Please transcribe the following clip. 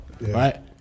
right